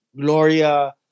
Gloria